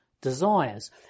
desires